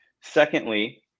Secondly